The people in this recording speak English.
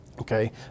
Okay